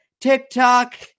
TikTok